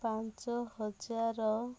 ପାଞ୍ଚହଜାର